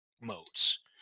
modes